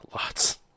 Lots